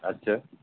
আচ্ছা